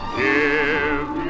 give